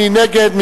מי נגד?